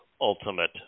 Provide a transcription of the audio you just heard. ultimate